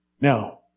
Now